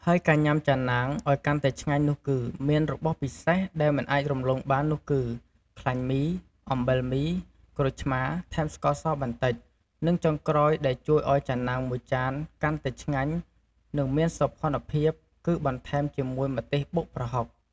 ហើយការញ៉ាំ ចាណាង ឱ្យកាន់តែឆ្ងាញ់នោះគឺមានរបស់ពិសេសដែលមិនអាចរំលងបាននោះគឺ ខ្លាញ់មី អំបិលមី ក្រូចឆ្មា ថែមស្ករបន្តិច និងចុងក្រោយដែលជួយឱ្យចាណាងមួយចានកាន់តែឆ្ងាញ់ និងមានសោភ័ណ្ឌភាព គឺបន្ថែមជាមួយ ម្ទេសបុកប្រហុក។